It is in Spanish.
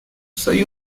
soy